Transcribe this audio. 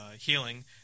healing